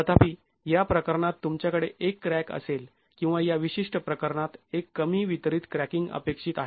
तथापि या प्रकरणात तुमच्याकडे एक क्रॅक असेल किंवा या विशिष्ट प्रकरणात एक कमी वितरित क्रॅकिंग अपेक्षित आहे